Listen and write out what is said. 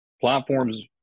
Platforms